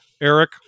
Eric